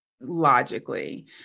logically